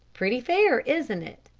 pretty fair, isn't it?